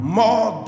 more